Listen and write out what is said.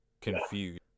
confused